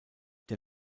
der